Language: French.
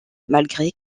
malgré